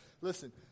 Listen